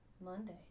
Monday